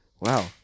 Wow